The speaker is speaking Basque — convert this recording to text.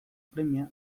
premia